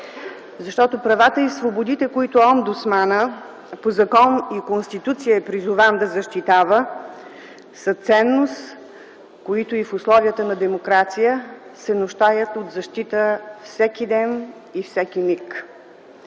защото правата и свободите, които омбудсманът по закон и Конституция е призован да защитава са ценност, които и в условия на демокрация се нуждаят от защита всеки ден и всеки миг.